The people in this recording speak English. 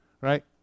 right